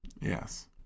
Yes